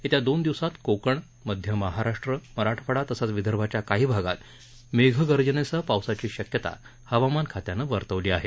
येत्या दोन दिवसात कोकण मध्य महाराष्ट्र मराठवाडा तसंच विदर्भाच्या काही भागात मेघगर्जनेसह पावसाची शक्यता हवामान खात्यानं वर्तवली आहे